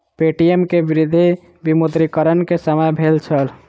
Paytm के वृद्धि विमुद्रीकरण के समय भेल छल